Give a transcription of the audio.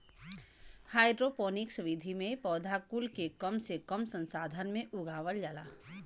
hydroponics विधि में पौधा कुल के कम से कम संसाधन में उगावल जाला